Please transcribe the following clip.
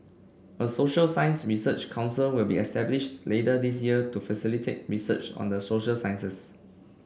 a social science research council will be established later this year to facilitate research on the social sciences